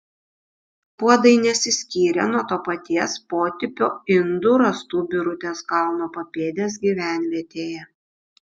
puodai nesiskyrė nuo to paties potipio indų rastų birutės kalno papėdės gyvenvietėje